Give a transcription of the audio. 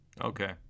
Okay